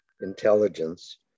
intelligence